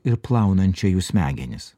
ir plaunančią jų smegenis